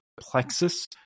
plexus